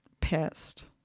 pissed